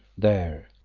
there,